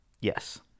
yes